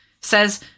says